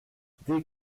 dès